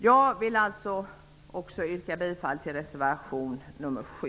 Jag vill därför också yrka bifall till reservation nr 7.